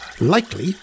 likely